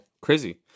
Crazy